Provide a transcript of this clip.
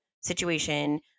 situation